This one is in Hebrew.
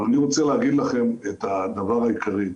אבל אני רוצה להגיד לכם את הדבר העיקרי: